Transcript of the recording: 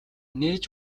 нээж